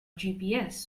gps